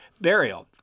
burial